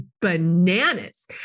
bananas